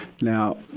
Now